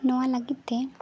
ᱱᱚᱣᱟ ᱞᱟᱹᱜᱤᱫ ᱛᱮ